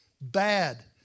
bad